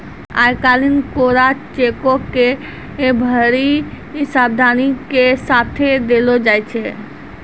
आइ काल्हि कोरा चेको के बड्डी सावधानी के साथे देलो जाय छै